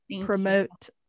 promote